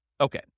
Okay